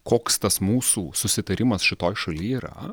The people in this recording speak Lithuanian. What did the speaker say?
koks tas mūsų susitarimas šitoj šalyj yra